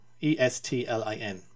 E-S-T-L-I-N